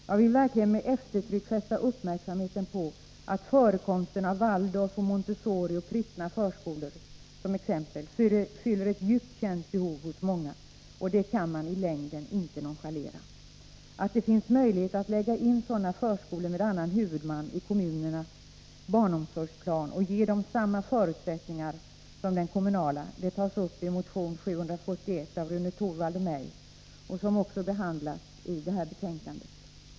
Jag vill verkligen med eftertryck fästa uppmärksamheten på att förekomsten av Waldorfoch Montessoriförskolor liksom av kristna förskolor fyller ett djupt känt behov hos många, och det kan man inte i längden nonchalera. Att det finns möjlighet att lägga in sådana förskolor med annan huvudman i kommunernas barnomsorgsplan och ge dem samma förutsättningar som den kommunala tas upp i motion 741 av Rune Torwald och mig, vilken också behandlas i detta betänkande.